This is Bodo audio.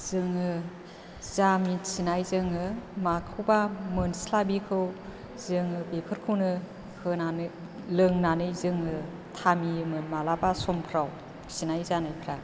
जोङो जा मिथिनाय जोङो माखौबा मोनस्लाबिखौ जोङो बिफोरखौनो होनानै लोंनानै थामियोमोन मालाबा समफ्राव खिनाय जानायफ्रा